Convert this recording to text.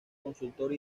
consultor